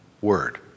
word